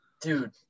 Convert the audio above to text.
dude